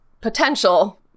potential